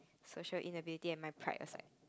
social inability and my pride aside